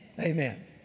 Amen